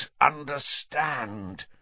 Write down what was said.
understand